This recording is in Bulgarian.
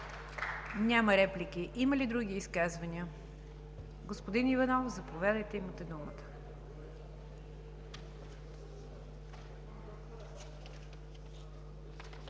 Няма реплики. Има ли други изказвания? Господин Иванов, заповядайте – имате думата.